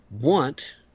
want